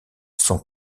sont